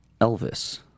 Elvis